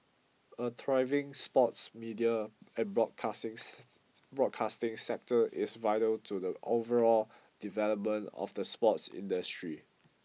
a thriving sports media and broadcasting sector is vital to the overall development of the sports industry